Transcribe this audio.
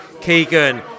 Keegan